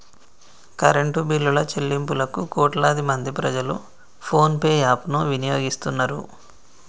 current బిల్లుల చెల్లింపులకు కోట్లాది మంది ప్రజలు ఫోన్ పే యాప్ ను వినియోగిస్తున్నరు